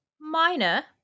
minor